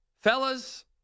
fellas